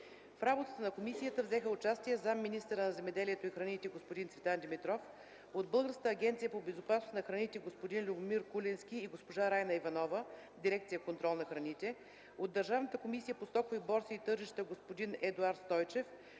В работата на комисията взеха участие заместник-министърът на земеделието и храните господин Цветан Димитров, от Българската агенция по безопасност на храните – господин Любомир Кулински и госпожа Райна Иванова – дирекция „Контрол на храните”, от Държавната комисия по стокови борси и тържища – господин Едуард Стойчев